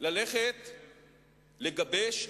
ללכת לגבש,